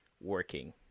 working